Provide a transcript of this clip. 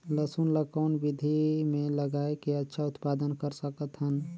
लसुन ल कौन विधि मे लगाय के अच्छा उत्पादन कर सकत हन?